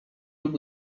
lub